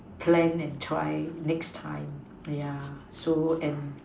plan and try next time ya so and